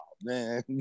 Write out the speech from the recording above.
man